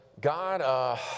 God